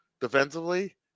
defensively